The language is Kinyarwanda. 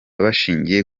bashingiye